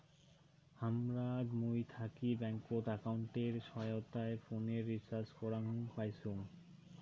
হামরা মুই থাকি ব্যাঙ্কত একাউন্টের সহায়তায় ফোনের রিচার্জ করাং পাইচুঙ